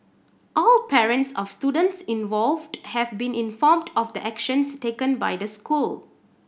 all parents of students involved have been informed of the actions taken by the school